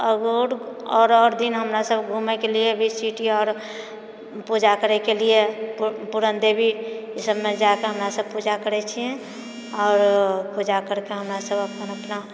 आओर आओर आओर दिन हमरा सभ घुमएके लिए भी सिटी आओर पूजा करैके लिए पुर पुरणदेवी ई सभमे जाए कऽ हमरा सभ पूजा करैत छिऐ आओर पूजा करिके हमरा सभ अपन अपना